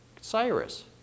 Cyrus